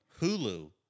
hulu